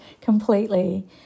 completely